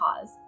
cause